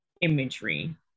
imagery